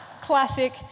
Classic